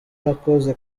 nakoze